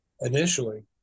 initially